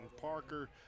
Parker